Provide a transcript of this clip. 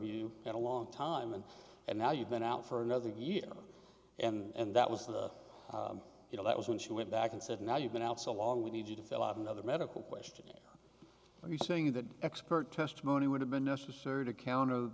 you in a long time and and now you've been out for another year and that was the you know that was when she went back and said now you've been out so long we need you to fill out another medical question are you saying that expert testimony would have been necessary to counter